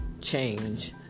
change